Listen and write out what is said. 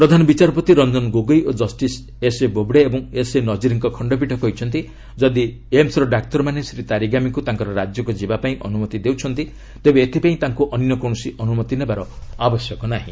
ପ୍ରଧାନ ବିଚାରପତି ରଞ୍ଜନ ଗୋଗୋଇ ଓ justice S A Bobde ଏବଂ ଏସ୍ଏ ନଜିରଙ୍କ ଖଣ୍ଡପୀଠ କହିଛନ୍ତି ଯଦି ଏମ୍ସ୍ର ଡାକ୍ତରମାନେ ଶ୍ରୀ ତାରିଗାମିଙ୍କୁ ତାଙ୍କର ରାଜ୍ୟକୁ ଯିବାପାଇଁ ଅନୁମତି ଦେଇଛନ୍ତି ତେବେ ଏଥିପାଇଁ ତାଙ୍କୁ ଅନ୍ୟ କୌଣସି ଅନୁମତି ନେବାର ଆବଶ୍ୟକ ନାହିଁ